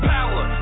Power